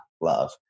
love